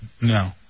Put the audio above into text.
No